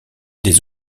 des